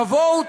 תבואו,